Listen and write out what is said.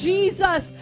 Jesus